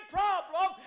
problem